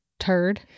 Turd